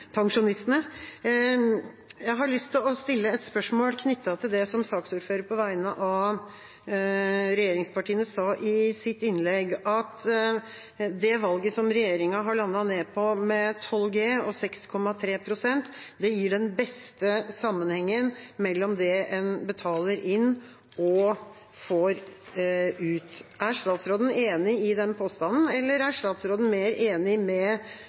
pensjonistene. Jeg har lyst til å stille et spørsmål knyttet til det som saksordføreren på vegne av regjeringspartiene sa i sitt innlegg: at det valget som regjeringa har landet på, 12G og 6,3 pst., gir den beste sammenhengen mellom det en betaler inn, og det en får ut. Er statsråden enig i den påstanden, eller er statsråden mer enig med